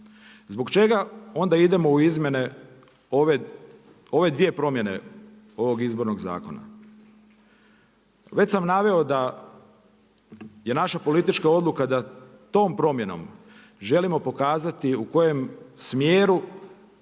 Zbog čega onda idemo u izmjene ove dvije promjene ovog Izbornog zakona? Već sam naveo da je naša politička odluka da tom promjenom želimo pokazati u kojem smjeru